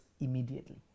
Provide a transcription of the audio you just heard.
immediately